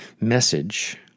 message